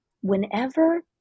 whenever